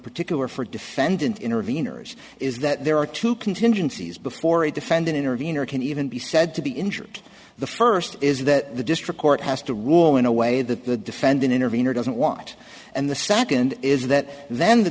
particular for defendant intervenors is that there are two contingencies before a defendant intervener can even be said to be injured the first is that the district court has to in a way that the defendant intervener doesn't want and the second is that then the